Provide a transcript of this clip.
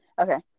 Okay